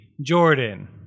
Jordan